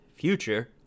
future